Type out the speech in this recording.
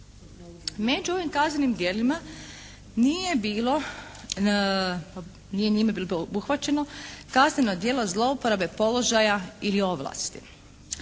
Među ovim kaznenim djelima nije njima bilo obuhvaćeno kazneno djelo zlouporabe položaja ili ovlasti.